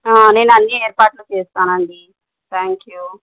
నేను అన్నీ ఏర్పాట్లు చేస్తాను అండి థ్యాంక్ యూ